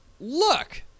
look